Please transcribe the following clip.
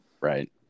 Right